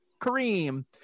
Kareem